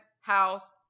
house